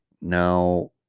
Now